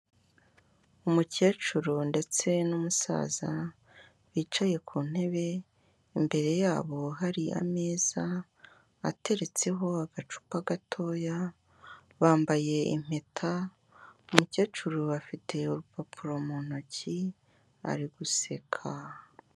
Umukecuru ndetse n'umusaza bicaye ku ntebe, imbere yabo hari ameza, ateretseho agacupa gatoya, bambaye impeta, umukecuru afite urupapuro mu ntoki ari guseka.